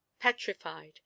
petrified